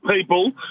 people